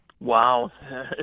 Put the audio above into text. Wow